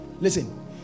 Listen